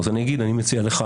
אז אני מציע לך,